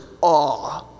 awe